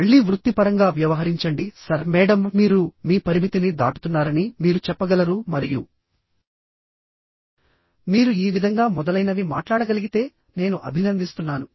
మళ్ళీ వృత్తిపరంగా వ్యవహరించండి సర్ మేడమ్ మీరు మీ పరిమితిని దాటుతున్నారని మీరు చెప్పగలరు మరియు మీరు ఈ విధంగా మొదలైనవి మాట్లాడగలిగితే నేను అభినందిస్తున్నాను